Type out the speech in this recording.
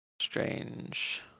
Strange